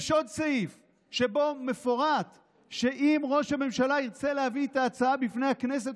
יש עוד סעיף שבו מפורט שאם ראש הממשלה ירצה להביא את ההצעה בפני הכנסת,